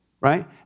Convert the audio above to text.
right